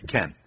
Ken